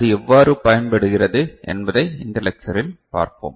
அது எவ்வாறு பயன்படுத்தப்படுகிறது என்பதை இந்த லெக்சரிலும் பார்ப்போம்